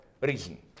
reason